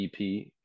ep